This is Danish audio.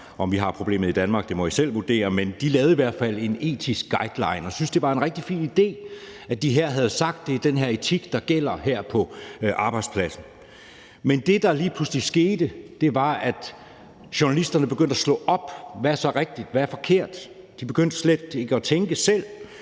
om vi har problemet i Danmark, må I selv vurdere – og de syntes, det var en rigtig fin idé, at de her havde sagt: Det er den her etik, der gælder her på arbejdspladsen. Men det, der lige pludselig skete, var, at journalisterne begyndte at slå op for at se, hvad der var rigtigt, og hvad der var forkert; de begyndte at lade være med selv